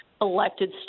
elected